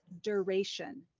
duration